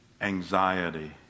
anxiety